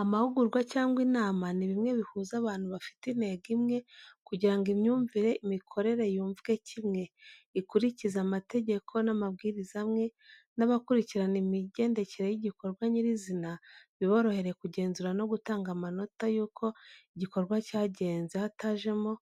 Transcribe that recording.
Amahugurwa cyangwa inama ni bimwe bihuza abantu bafite intego imwe kugirango imyumvire imikorere yumvwe kimwe, ikurikize amatageko n'amabwiriza amwe, n'abakurikirana imigendekere y'igikorwa nyirizina biborohere kugenzura no gutanga amanota y'uko igikorwa cyagenze, hatajemo